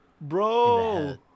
Bro